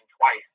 twice